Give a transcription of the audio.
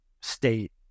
state